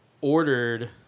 ordered